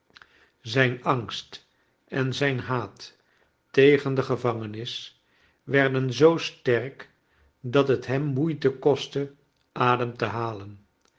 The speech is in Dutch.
zijn angst en zijn haat tegen de gevangenis werden zoo sterk dat het hem moeite kostte a dem te halen